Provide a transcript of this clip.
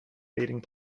meeting